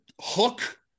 hook